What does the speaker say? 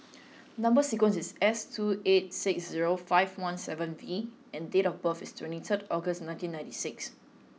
number sequence is S two eight six zero five one seven V and date of birth is twenty third August nineteen ninety six